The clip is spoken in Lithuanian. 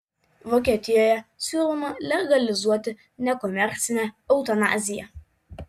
vokietijoje siūloma legalizuoti nekomercinę eutanaziją